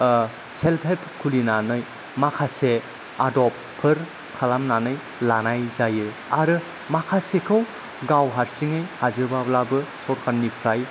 self help खुलिनानै माखासे आदबफोर खालामनानै लानाय जायो आरो माखासेखौ गाव हारसिङै हाजोबाब्लाबो सरखारनिफ्राय